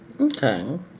Okay